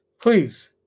please